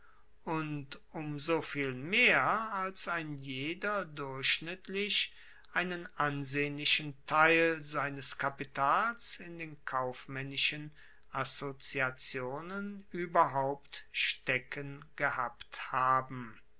und um soviel mehr wird ein jeder durchschnittlich einen ansehnlichen teil seines kapitals in den kaufmaennischen assoziationen ueberhaupt stecken gehabt haben